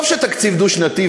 עזוב שתקציב דו-שנתי,